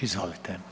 Izvolite.